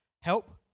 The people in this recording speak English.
help